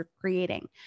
creating